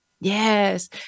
yes